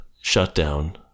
shutdown